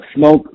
Smoke